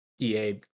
EA